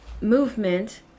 movement